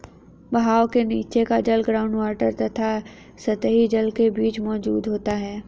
बहाव के नीचे का जल ग्राउंड वॉटर तथा सतही जल के बीच मौजूद होता है